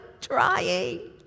trying